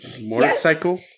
Motorcycle